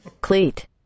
Cleat